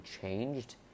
changed